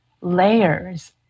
layers